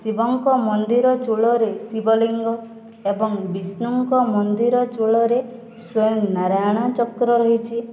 ଶିବଙ୍କ ମନ୍ଦିର ଚୂଳରେ ଶିବଲିଙ୍ଗ ଏବଂ ବିଷ୍ଣୁଙ୍କ ମନ୍ଦିର ଚୂଳରେ ସ୍ଵୟଂ ନାରାୟଣ ଚକ୍ର ରହିଛି